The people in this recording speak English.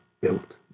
built